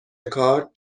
کارت